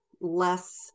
less